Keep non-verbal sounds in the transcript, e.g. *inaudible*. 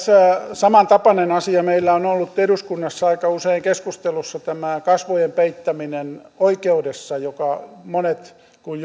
samantapainen asia meillä on ollut eduskunnassa aika usein keskustelussa kasvojen peittäminen oikeudessa monet kun *unintelligible*